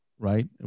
right